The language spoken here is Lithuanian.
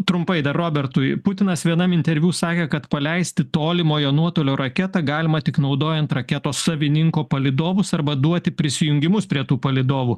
trumpai dar robertui putinas vienam interviu sakė kad paleisti tolimojo nuotolio raketą galima tik naudojant raketos savininko palydovus arba duoti prisijungimus prie tų palydovų